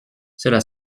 cela